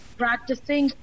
practicing